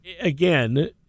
again